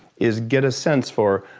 is get a sense for,